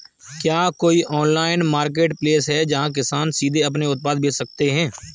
क्या कोई online marketplace है जहाँ किसान सीधे अपने उत्पाद बेच सकते हैं?